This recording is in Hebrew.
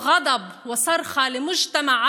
שמבטאות את כעסה וזועקות את זעקתה של חברה